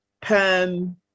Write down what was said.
perm